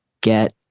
get